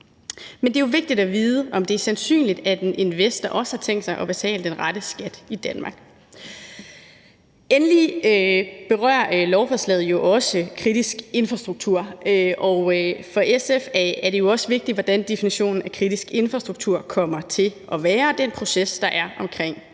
Men det er jo vigtigt at vide, om det er sandsynligt, at en investor også har tænkt sig at betale den rette skat i Danmark. Endelig berører lovforslaget jo også kritisk infrastruktur, og for SF er det også vigtigt, hvordan definitionen af kritisk infrastruktur kommer til at være, og den proces, der er omkring